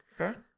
okay